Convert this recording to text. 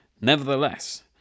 Nevertheless